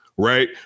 Right